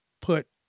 put